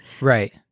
Right